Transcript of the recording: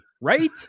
Right